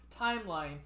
timeline